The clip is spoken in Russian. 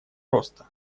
роста